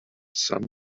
sun